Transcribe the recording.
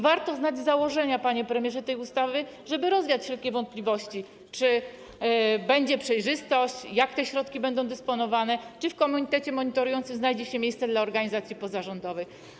Warto znać założenia tej ustawy, panie premierze, żeby rozwiać wszelkie wątpliwości, czy będzie przejrzystość, jak te środki będą dysponowane, czy w komitecie monitorującym znajdzie się miejsce dla organizacji pozarządowych.